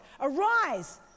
arise